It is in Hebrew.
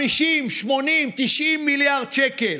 50, 80, 90 מיליארד שקלים.